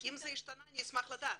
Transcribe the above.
אם זה השתנה אני אשמח לדעת.